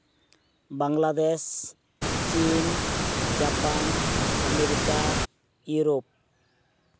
ᱵᱟᱝᱞᱟᱫᱮᱥ ᱪᱤᱱ Japan America Europe